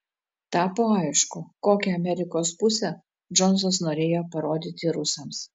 tapo aišku kokią amerikos pusę džonsas norėjo parodyti rusams